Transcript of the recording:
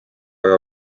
aja